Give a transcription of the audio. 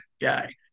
guy